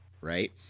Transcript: right